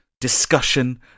discussion